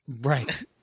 Right